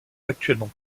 actuellement